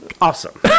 awesome